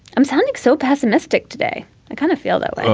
i'm sounding so pessimistic today i kind of feel, though,